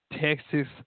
Texas